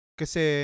kasi